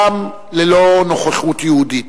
גם ללא נוכחות יהודית.